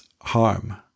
harm